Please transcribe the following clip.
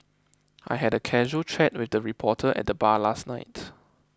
I had a casual chat with a reporter at the bar last night